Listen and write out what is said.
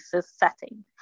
setting